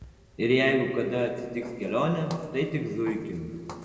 ir jeigu kada atsitiks kelionė tai tik zuikiu